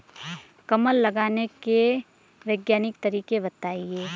कमल लगाने के वैज्ञानिक तरीके बताएं?